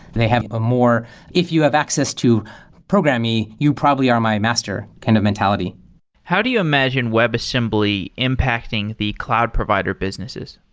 they have a more if you have access to programing, you probably are my master kind of mentality how do you imagine webassembly impacting the cloud provider businesses?